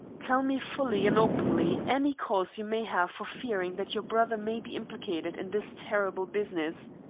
tell me fully and openly any cause you may have for fearing that your brother may be implicated in this terrible business.